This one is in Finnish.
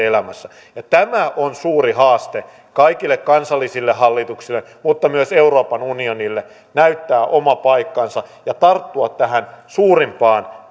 elämässä tämä on suuri haaste niin kaikille kansallisille hallituksille kuin myös euroopan unionille näyttää oma paikkansa ja tarttua tähän suurimpaan